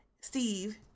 Steve